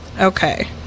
Okay